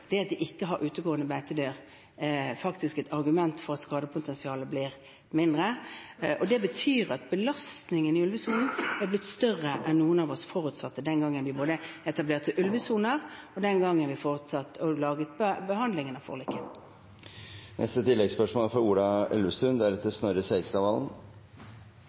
det må oppleves provoserende når områder som ikke har utegående beitedyr på grunn av ulven, faktisk blir et argument for at skadepotensialet blir mindre. Det betyr at belastningen i ulvesonen er blitt større enn noen av oss forutsatte både den gangen vi etablerte ulvesoner, og den gangen vi behandlet forliket. Ola Elvestuen